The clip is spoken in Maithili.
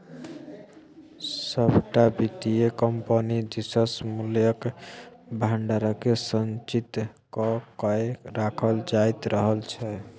सभटा वित्तीय कम्पनी दिससँ मूल्यक भंडारकेँ संचित क कए राखल जाइत रहल छै